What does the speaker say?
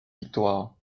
victoires